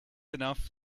enough